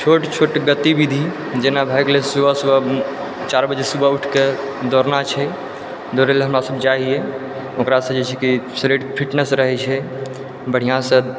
छोट छोट गतिविधि जेना भए गेलै सुबह सुबह चारि बजे सुबह उठके दौड़ना छै दौड़ैला हमरासब जाइ हियै ओकरासँ जे छै की शरीर फिटनेस रहै छै बढ़िआँसँ